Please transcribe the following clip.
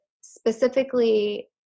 specifically